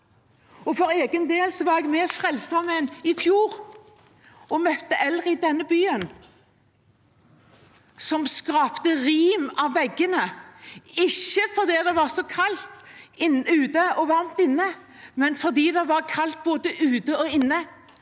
For egen del var jeg med Frelsesarmeen i fjor og møtte eldre i denne byen som skrapte rim av veggene, ikke fordi det var så kaldt ute og varmt inne, men fordi det var kaldt både ute og inne,